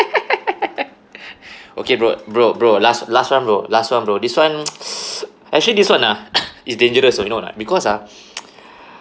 okay bro bro bro last last one bro last one bro this one actually this one ah it's dangerous uh you know or not because ah